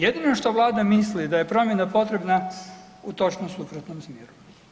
Jedino što Vlada misli da je promjena potreba u točno suprotnom smjeru.